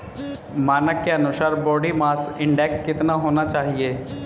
मानक के अनुसार बॉडी मास इंडेक्स कितना होना चाहिए?